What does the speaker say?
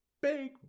Big